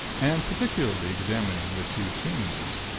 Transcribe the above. and particularly examining the two tombs.